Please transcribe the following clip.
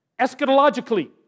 eschatologically